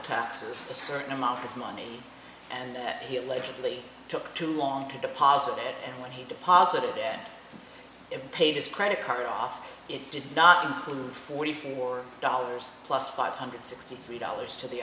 taxes a certain amount of money and he allegedly took too long to deposit when he deposited it in paid his credit card off it did not include forty four dollars plus five hundred sixty three dollars to the